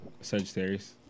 Sagittarius